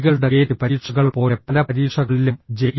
ടികളുടെ GATE പരീക്ഷകൾ പോലെ പല പരീക്ഷകളിലും ജെ